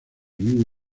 vive